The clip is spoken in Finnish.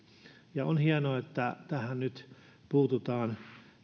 on hienoa että tähän nyt puututaan